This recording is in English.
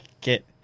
get